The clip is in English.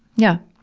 yeah.